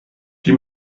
die